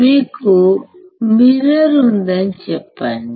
మీకు మిర్రర్ ఉందని చెప్పండి